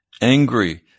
angry